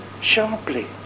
sharply